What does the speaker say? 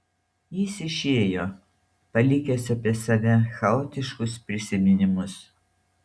jis išėjo palikęs apie save chaotiškus prisiminimus